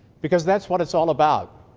because that's what it's all about.